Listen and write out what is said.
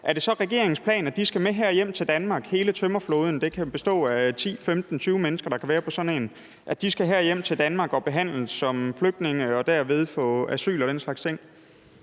Er det så regeringens plan, at hele tømmerflåden skal med herhjem til Danmark? Det kan være 10, 15 eller 20 mennesker, der kan være på sådan en. Skal de herhjem til Danmark og behandles som flygtninge og derved få asyl og den slags ting?